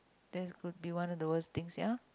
that could be one of the worst things ya